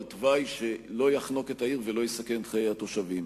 תוואי שלא יחנוק את העיר ולא יסכן את חיי התושבים.